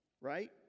Right